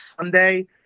Sunday